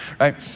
right